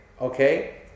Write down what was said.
okay